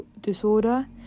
disorder